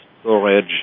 storage